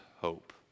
hope